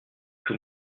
tout